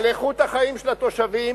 על איכות החיים של התושבים,